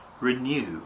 Renew